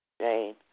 Jane